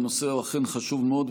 הנושא הוא אכן חשוב מאוד,